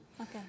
Okay